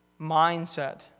mindset